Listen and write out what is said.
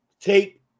take